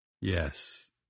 Yes